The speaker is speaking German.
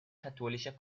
katholischer